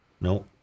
No